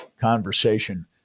conversation